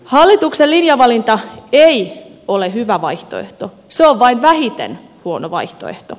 hallituksen linjavalinta ei ole hyvä vaihtoehto se on vain vähiten huono vaihtoehto